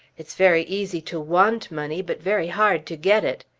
it's very easy to want money but very hard to get it.